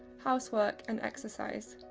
house work and exercise.